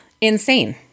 Insane